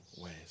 ways